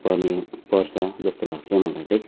पर्ने पर्छ जस्तो लाग्छ मलाई चाहिँ